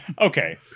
Okay